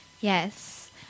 Yes